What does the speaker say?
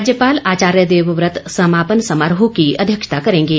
राज्यपाल आचार्य देवव्रत समापन समारोह की अध्यक्षता करेंगे